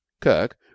kirk